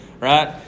Right